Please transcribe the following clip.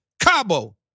Cabo